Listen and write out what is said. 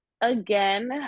again